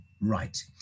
right